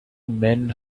men